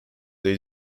they